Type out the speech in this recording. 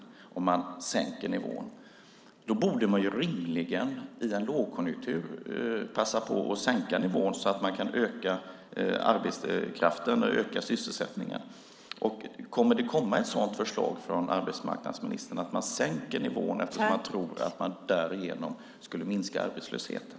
Då borde man rimligen passa på att sänka nivån i en lågkonjunktur så att mängden arbetskraft kan öka så att sysselsättningen kan öka. Kommer det att komma ett förslag från arbetsmarknadsministern om att sänka nivån för att därigenom minska arbetslösheten?